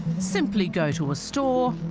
simply go to a store